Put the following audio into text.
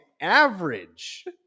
average